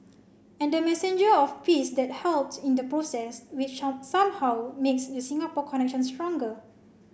and the messenger of peace that helped in the process which up somehow makes the Singapore connection stronger